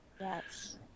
Yes